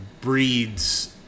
breeds